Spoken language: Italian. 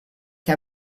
che